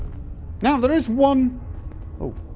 now, there is one ooh,